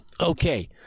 Okay